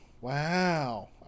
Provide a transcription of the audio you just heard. Wow